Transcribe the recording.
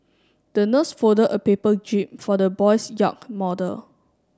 the nurse folded a paper jib for the boy's yacht model